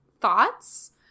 thoughts